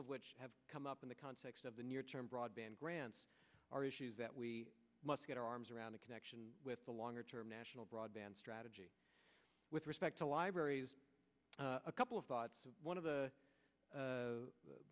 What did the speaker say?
of which have come up in the context of the near term broadband grants are issues that we must get our arms around a connection with the longer term national broadband strategy with respect to libraries a couple of thoughts one of the